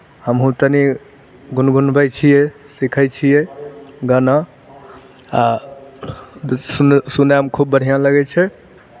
हमहूँ तनि गुनगुनबै छियै सीखै छियै गाना आ सुन सुनयमे खूब बढ़िआँ लगै छै